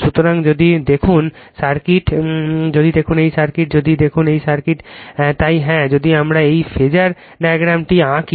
সুতরাং যদি দেখুন সার্কিট যদি দেখুন এই সার্কিট যদি দেখুন এই সার্কিট তাই হ্যাঁ যদি আমরা এই ফেজার ডায়াগ্রামটি আঁকি